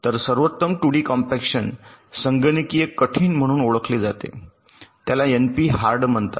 तर सर्वोत्तम 2 D compaction संगणकीय कठीण म्हणून ओळखले जाते त्याला एनपी हार्ड म्हणतात